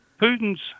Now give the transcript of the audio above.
Putin's